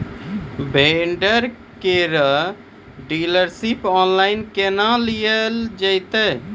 Vendor केर dealership online केहनो लियल जेतै?